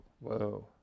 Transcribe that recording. whoa